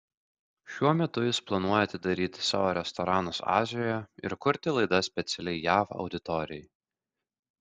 šiuo metu jis planuoja atidaryti savo restoranus azijoje ir kurti laidas specialiai jav auditorijai